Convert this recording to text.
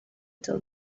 tell